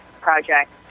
project